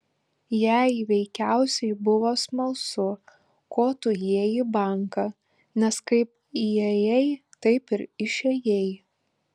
jai veikiausiai buvo smalsu ko tu ėjai į banką nes kaip įėjai taip ir išėjai